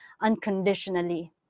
unconditionally